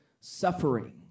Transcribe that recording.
suffering